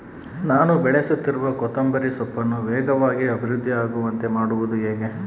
ನಾನು ಬೆಳೆಸುತ್ತಿರುವ ಕೊತ್ತಂಬರಿ ಸೊಪ್ಪನ್ನು ವೇಗವಾಗಿ ಅಭಿವೃದ್ಧಿ ಆಗುವಂತೆ ಮಾಡುವುದು ಹೇಗೆ?